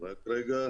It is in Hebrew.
איפה זה קרה?